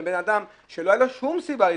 לבין אדם שלא היה לו שום סיבה להתחמק,